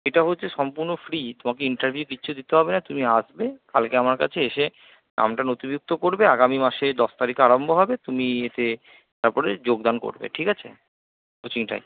এটা হচ্ছে সম্পূর্ণ ফ্রী তোমাকে ইন্টারভিউ কিচ্ছু দিতে হবে না তুমি আসবে কালকে আমার কাছে এসে নামটা নথিভুক্ত করবে আগামী মাসে দশ তারিখে আরম্ভ হবে তুমি এতে তারপরে যোগদান করবে ঠিক আছে কোচিংটায়